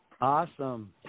Awesome